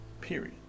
period